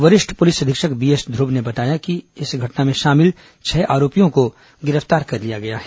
वरिष्ठ पुलिस अधीक्षक बीएस ध्र्व ने बताया ने इस घटना में शामिल छह आरोपियों को गिरफ्तार कर लिया गया है